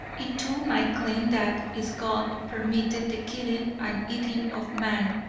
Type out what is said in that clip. it too might claim that its god permitted the killing and eating of man.